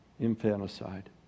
infanticide